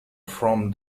from